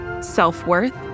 self-worth